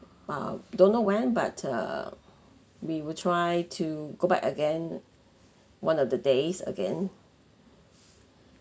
ah don't know when but uh we will try to go back again one of the days again